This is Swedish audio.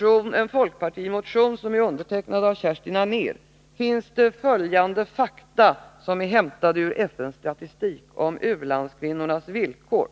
I en folkpartimotion, undertecknad av Kerstin Anér, finns följande fakta, som är hämtade ur FN:s statistik om u-landskvinnans villkor: